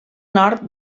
nord